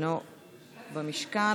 אינו במשכן,